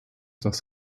das